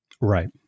Right